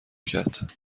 کرد